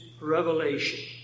revelation